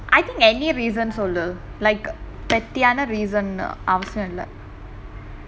I think any reason சொல்லு:sollu like petty reason சொல்லு:sollu